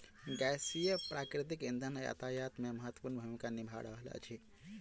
गैसीय प्राकृतिक इंधन यातायात मे महत्वपूर्ण भूमिका निभा रहल अछि